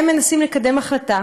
הם מנסים לקדם החלטה,